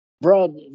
Bro